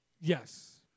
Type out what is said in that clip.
Yes